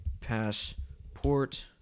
Passport